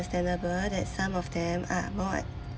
understandable that some of them are more